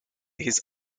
his